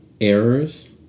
errors